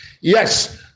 yes